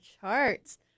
charts